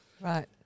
Right